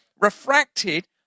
refracted